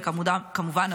וכמובן,